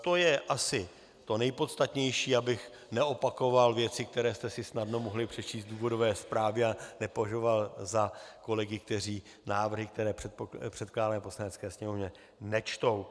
To je asi to nejpodstatnější, abych neopakoval věci, které jste si snadno mohli přečíst v důvodové zprávě, a nepovažoval vás za kolegy, kteří návrhy, které předkládáme Poslanecké sněmovně, nečtou.